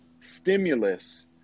stimulus